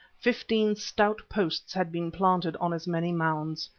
fifteen stout posts had been planted on as many mounds.